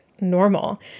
normal